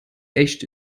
echt